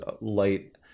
light